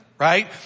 Right